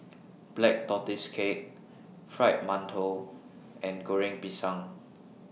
Black Tortoise Cake Fried mantou and Goreng Pisang